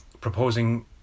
proposing